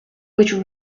which